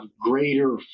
greater